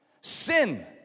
Sin